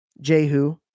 jehu